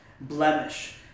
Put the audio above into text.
blemish